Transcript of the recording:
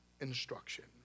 instruction